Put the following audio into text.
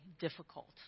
difficult